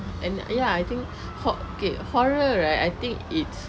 ya I think hawk gate horror right I think it's